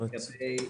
בבקשה.